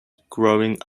growing